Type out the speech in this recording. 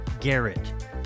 Garrett